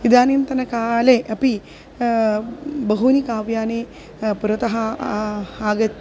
इदानीन्तनकाले अपि बहूनि काव्यानि पुरतः आगतानि